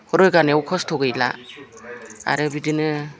रोगानायाव खस्थ' गैला आरो बिदिनो